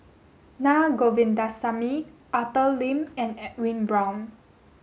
Na Govindasamy Arthur Lim and Edwin Brown